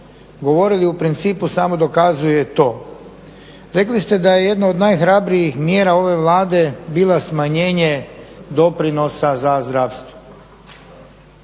govorili u principu samo dokazuje to. Rekli ste da je jedna od najhrabrijih mjera ove Vlade bila smanjenje doprinosa za zdravstvo.